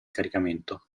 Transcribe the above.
caricamento